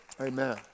Amen